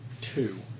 two